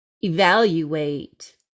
Evaluate